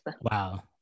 Wow